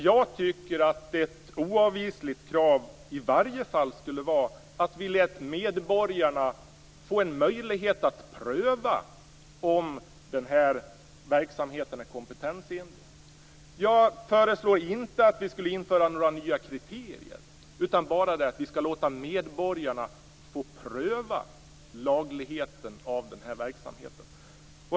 Jag tycker att det borde vara ett oavvisligt krav att vi låter medborgarna få en möjlighet att pröva om den här verksamheten är kompetensenlig. Jag föreslår inte att vi skall införa några nya kriterier utan bara att vi skall låta medborgarna få pröva lagligheten av den här verksamheten.